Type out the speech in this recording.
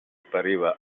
pareva